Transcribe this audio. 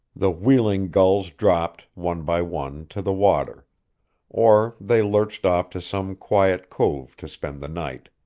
the wheeling gulls dropped, one by one, to the water or they lurched off to some quiet cove to spend the night.